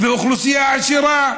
ואוכלוסייה עשירה,